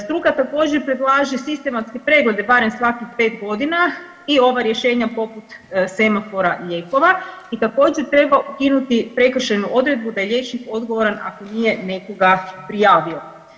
Struka također predlaže sistematske preglede barem svakih 5.g. i ova rješenja poput semafora lijekova i također treba ukinuti prekršajnu odredbu da je liječnik odgovoran ako nije nekoga prijavio.